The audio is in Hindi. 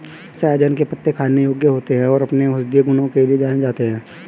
सहजन के पत्ते खाने योग्य होते हैं और अपने औषधीय गुणों के लिए जाने जाते हैं